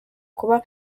kuba